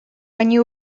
они